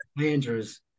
Andrews